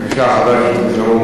דווקא לא הייתי אומרת, זה היה